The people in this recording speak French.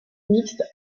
mixte